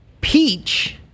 Peach